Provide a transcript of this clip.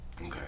okay